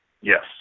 Yes